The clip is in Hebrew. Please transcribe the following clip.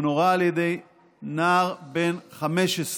הוא נורה על ידי נער בן 15,